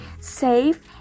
safe